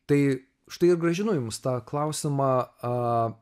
tai štai ir grąžinu jums tą klausimą